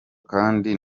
kandi